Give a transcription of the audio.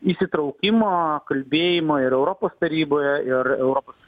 įsitraukimo kalbėjimo ir europos taryboje ir europos